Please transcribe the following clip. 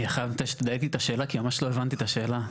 אני חייב, כי ממש לא הבנתי את השאלה.